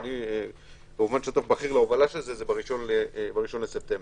זה ב-1 בספטמבר.